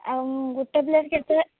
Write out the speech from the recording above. ଆଉ ଗୋଟେ ପ୍ଲେଟ୍ କେତେ